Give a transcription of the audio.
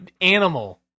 Animal